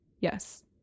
yes